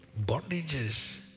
Bondages